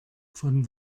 von